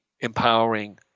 empowering